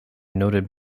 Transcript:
noted